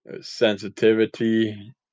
sensitivity